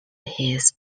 his